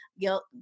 guilt